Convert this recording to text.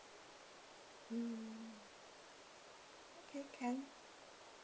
mm okay can